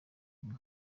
rimwe